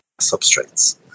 substrates